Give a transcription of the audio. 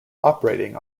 operating